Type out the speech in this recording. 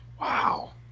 Wow